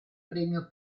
premio